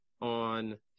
on